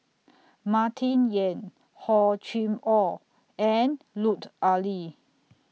Martin Yan Hor Chim Or and Lut Ali